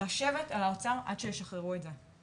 לשבת על האוצר עד שישחררו את זה.